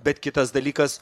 bet kitas dalykas